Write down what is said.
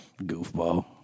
Goofball